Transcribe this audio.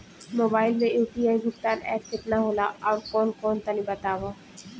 Mobile म UPI भुगतान app केतना होला आउरकौन कौन तनि बतावा?